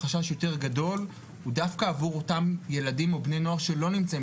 החשש גדול יותר דווקא עבור אותם ילדים ובני נוער שלא נמצאים